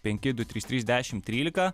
penki du trys trys dešimt trylika